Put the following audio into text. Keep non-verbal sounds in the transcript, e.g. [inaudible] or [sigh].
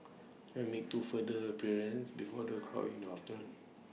they will make two further appearances before [noise] the crowd in afternoon